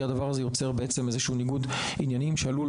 כי הדבר הזה ייצור איזה שהוא ניגוד עניינים שעלול,